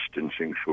distancing